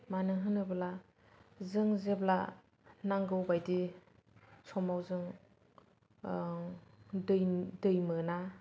मानो होनोब्ला जों जेब्ला नांगौ बायदि समाव जों दै मोना